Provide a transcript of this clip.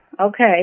Okay